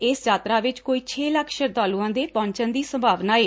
ਏਸ ਯਾਤਰਾ ਵਿਚ ਕੋਈ ਛੇ ਲੱਖ ਸ਼ਰਧਾਲੁਆਂ ਦੇ ਪਹੁੰਚਣ ਦੀ ਸੰਭਾਵਨਾ ਏ